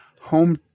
home